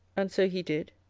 and so he did.